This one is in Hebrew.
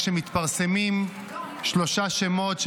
כשמתפרסמים שלושה שמות,